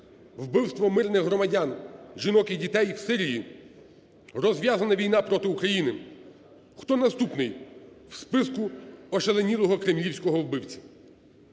вбивство мирних громадян, жінок і дітей в Сирії, розв'язана війна проти України. Хто наступний в списку ошаленілого кремлівського вбивці?